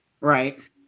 Right